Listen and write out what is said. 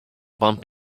bump